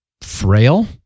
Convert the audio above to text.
frail